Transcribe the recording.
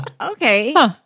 Okay